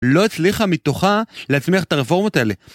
לא הצליחה מתוכה להצמיח את הרפורמות האלה.